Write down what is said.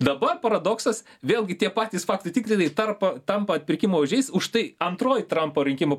dabar paradoksas vėlgi tie patys faktų tikrintojai tarpa tampa atpirkimo ožiais už tai antroji trampo rinkimų